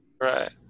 Right